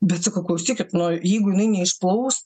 bet sakau klausykit nu jeigu jinai neišplaus